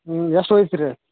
ಎಷ್ಟು ವಯ್ಸು ರೀ